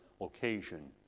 occasion